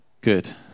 Good